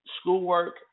schoolwork